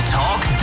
talk